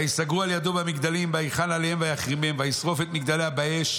ויסגרו על ידו במגדלים ויחון עליהם ויחרימם וישרוף את מגדליה באש